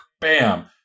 bam